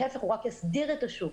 להיפך, הוא רק יסדיר את השוק.